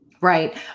Right